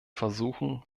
versuchen